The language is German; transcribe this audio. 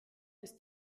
ist